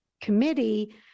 committee